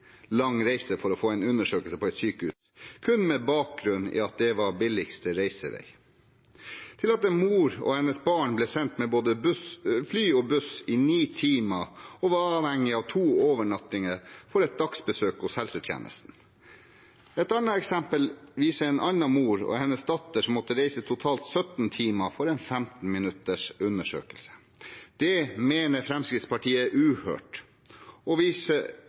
lang reise for å få en undersøkelse på et sykehus, kun med bakgrunn i at det var billigste reisevei. Et mor og hennes barn ble sendt med både fly og buss i ni timer, og de var avhengig av to overnattinger for et dagsbesøk hos helsetjenesten. Et annet eksempel viser at en annen mor og hennes datter måtte reise totalt 17 timer for en 15 minutters undersøkelse. Det mener Fremskrittspartiet er uhørt, og